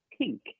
pink